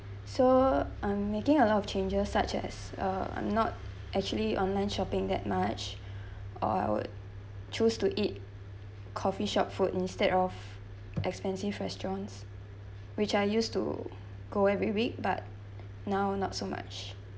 so um making a lot of changes such as uh I'm not actually online shopping that much or I would choose to eat coffee shop food instead of expensive restaurants which I used to go every week but now not so much